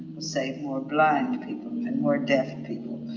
we'll save more blind people and more deaf and people.